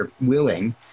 willing